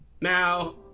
Now